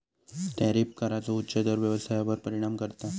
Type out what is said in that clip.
tariff कराचो उच्च दर व्यवसायावर परिणाम करता